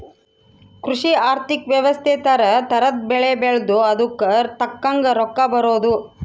ಕೃಷಿ ಆರ್ಥಿಕ ವ್ಯವಸ್ತೆ ತರ ತರದ್ ಬೆಳೆ ಬೆಳ್ದು ಅದುಕ್ ತಕ್ಕಂಗ್ ರೊಕ್ಕ ಬರೋದು